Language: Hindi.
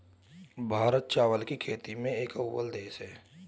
भारत चावल की खेती में एक अव्वल देश है